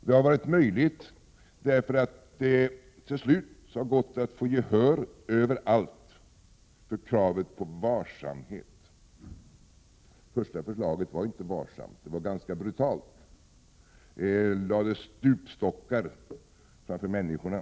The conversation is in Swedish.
Det har varit möjligt att nå enighet, därför att det till slut har gått att få gehör överallt för kravet på varsamhet. Första förslaget var inte varsamt utan ganska brutalt. Det lades stupstockar framför människorna.